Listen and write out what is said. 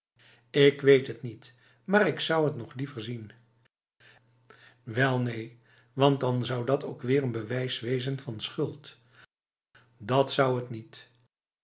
ik weet het niet maar ik zou het nog liever zien wel neen want dan zou dat toch ook weer n bewijs wezen van schuld dat zou het niet